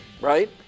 Right